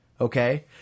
okay